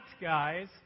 guys